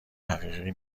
حقیقی